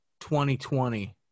2020